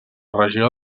regió